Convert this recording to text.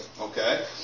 okay